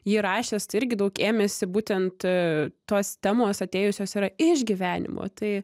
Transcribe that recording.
jį rašęs tai irgi daug ėmėsi būtent tos temos atėjusios yra iš gyvenimo tai